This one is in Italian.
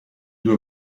due